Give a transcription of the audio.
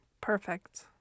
Perfect